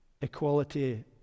equality